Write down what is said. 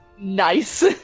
Nice